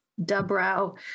Dubrow